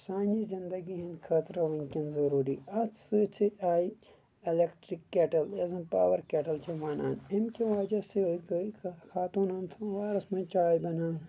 سانہِ زنٛدگی ہِنٛد خٲطرٕ ؤنٛکیٚن ضروٗری اَتھ سۭتۍ سۭتۍ آیہِ اٮ۪لیٚکٹرک کیٹٕل یۄس زَن پاور کیٹٕل چھِ ونان اَمہِ کہِ وجہہ سۭتۍ گٔیے خاتوٗنن سموارس منٛزچاے بَناونَس